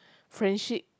friendship